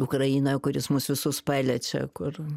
ukrainoje kuris mus visus paliečia kur